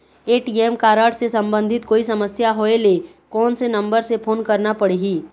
ATM card से संबंधित कोई समस्या होय ले, कोन से नंबर से फोन करना पढ़ही?